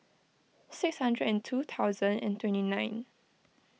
six hundred and two thousand and twenty nine